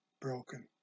broken